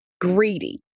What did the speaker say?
greedy